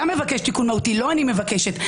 לא אני מבקשת.